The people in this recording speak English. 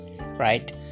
right